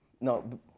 no